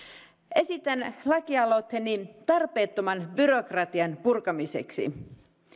esitän laki aloitteeni tarpeettoman byrokratian purkamiseksi